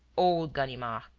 old ganimard,